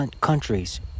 countries